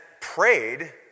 prayed